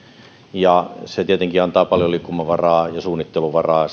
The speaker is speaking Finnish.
se tietenkin antaa paljon liikkumavaraa ja suunnitteluvaraa